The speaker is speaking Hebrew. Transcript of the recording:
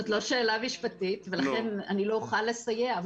זו לא שאלה משפטית ולכן אני לא אוכל לסייע.